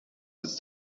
his